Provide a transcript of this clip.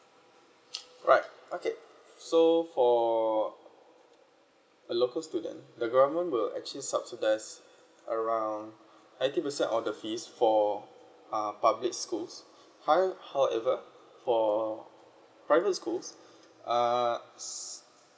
alright okay so for a local student the government will actually subsidize around ninety percent of the fees for uh public schools howe~ however for private schools uh is